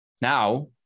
Now